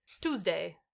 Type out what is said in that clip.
Tuesday